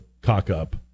cock-up